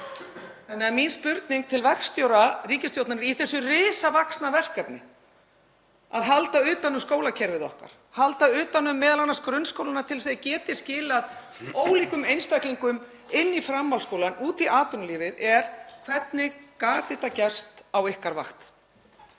vettvangi. Mín spurning til verkstjóra ríkisstjórnarinnar í þessu risavaxna verkefni, að halda utan um skólakerfið okkar, halda m.a. utan um grunnskólana til þess að þeir geti skilað ólíkum einstaklingum inn í framhaldsskólann, út í atvinnulífið, er: Hvernig gat þetta gerst á ykkar vakt?